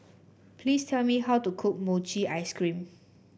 please tell me how to cook Mochi Ice Cream